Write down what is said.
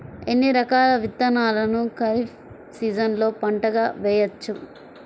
ఎన్ని రకాల విత్తనాలను ఖరీఫ్ సీజన్లో పంటగా వేయచ్చు?